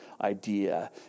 idea